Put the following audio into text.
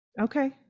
okay